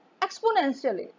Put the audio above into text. exponentially